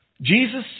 Jesus